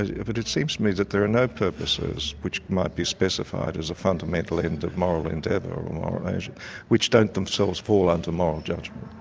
it it seems to me that there are no purposes which might be specified as a fundamental end of moral endeavour or moral agent which don't themselves fall under moral judgment.